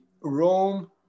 Rome